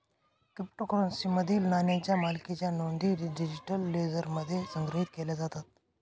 क्रिप्टोकरन्सीमधील नाण्यांच्या मालकीच्या नोंदी डिजिटल लेजरमध्ये संग्रहित केल्या जातात